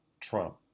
Trump